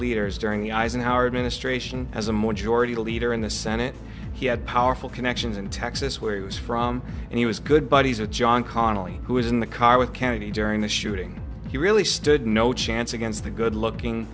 leaders during the eisenhower administration as a more jordi leader in the senate he had powerful connections in texas where he was from and he was good buddies of john connally who was in the car with kennedy during the shooting he really stood no chance against the good looking